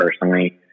personally